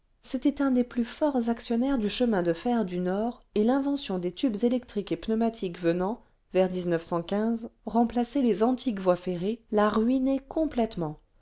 c'était un des plus forts actionnaires du chemin de fer du nord et l'invention des tubes électriques et pneumatiques venant vers remplacer les antiques voies ferrées l'a ruiné complètement